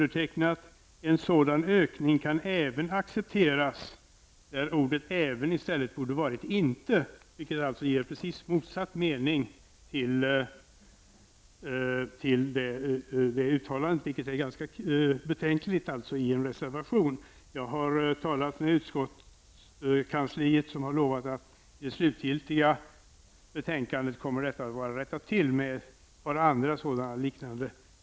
Där kan man läsa: ''En sådan ökning kan även accepteras''. Ordet även i denna mening borde i stället ha varit inte. Denna mening får alltså precis motsatt betydelse. Det är ganska betänkligt att så sker i en reservation. Jag har talat med utskottskansliet som har lovat att detta, liksom ett par andra liknande tråkiga fel, kommer att rättas till i det slutgiltiga betänkandet.